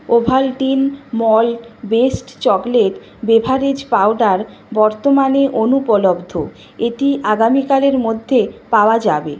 Ovaltine malt based chocolate beverage powder বর্তমানে অনুপলব্ধ এটি আগামীকালের মধ্যে পাওয়া যাবে